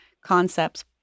concepts